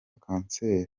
kanseri